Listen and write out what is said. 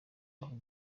aho